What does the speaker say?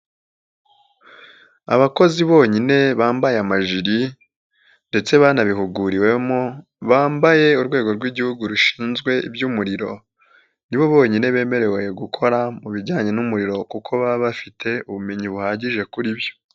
Abakozi bonyine bambaye amajiri ndetse banabihuguriwemo bambaye Urwego rw'Igihugu rushinzwe iby'umuriro ni bo bonyine bemerewe gukora mu bijyanye n'umuriro kuko baba bafite ubumenyi buhagije kuri byo.